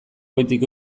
goitik